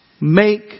Make